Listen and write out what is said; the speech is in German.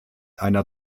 einer